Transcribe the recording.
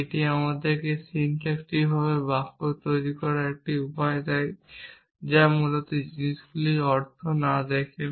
এটি আমাদেরকে সিনট্যাক্টিকভাবে বাক্য তৈরি করার একটি উপায় দেয় যা মূলত জিনিসগুলির অর্থ না দেখে